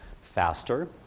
faster